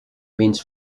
means